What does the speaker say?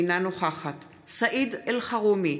אינה נוכחת סעיד אלחרומי,